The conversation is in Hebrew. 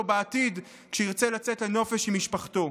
בעתיד כשירצה לצאת לנופש עם משפחתו?